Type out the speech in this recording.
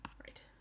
Right